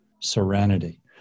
serenity